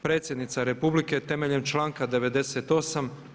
Predsjednica republike temeljem članka 98.